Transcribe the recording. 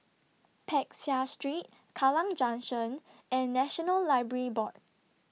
Peck Seah Street Kallang Junction and National Library Board